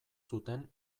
zuten